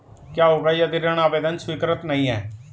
क्या होगा यदि ऋण आवेदन स्वीकृत नहीं है?